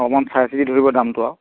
অকণমান চাই চিতি ধৰিব দামটো আৰু